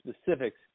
specifics